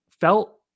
felt